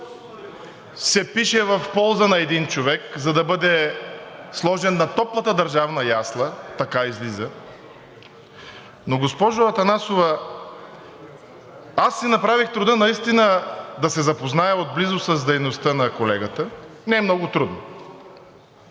се пише в полза на един човек, за да бъде сложен на топлата държавна ясла – така излиза. Но, госпожо Атанасова, аз си направих труда наистина да се запозная отблизо с дейността на колегата – не е много трудно